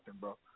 bro